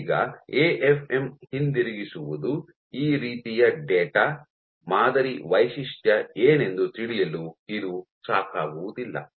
ಈಗ ಎಎಫ್ಎಂ ಹಿಂದಿರುಗಿಸುವದು ಈ ರೀತಿಯ ಡೇಟಾ ಮಾದರಿ ವೈಶಿಷ್ಟ್ಯ ಏನೆಂದು ತಿಳಿಯಲು ಇದು ಸಾಕಾಗುವುದಿಲ್ಲ